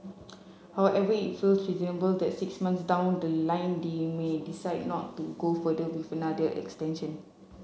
however it feels reasonable that six months down the line they may decide not to go further with another extension